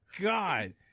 God